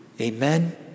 Amen